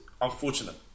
unfortunate